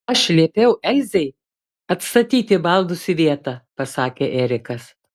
aš liepiau elzei atstatyti baldus į vietas pasakė erikas